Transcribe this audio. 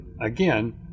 again